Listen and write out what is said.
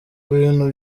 bintu